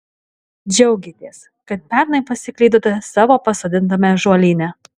džiaugiatės kad pernai pasiklydote savo pasodintame ąžuolyne